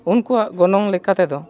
ᱩᱱᱠᱩᱣᱟᱜ ᱜᱚᱱᱚᱝ ᱞᱮᱠᱟ ᱛᱮᱫᱚ